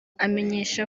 amenyesha